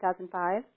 2005